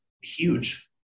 huge